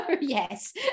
yes